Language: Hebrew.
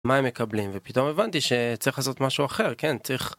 מה הם מקבלים ופתאום הבנתי שצריך לעשות משהו אחר, כן? צריך